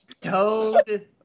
Toad